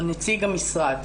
נציג המשרד.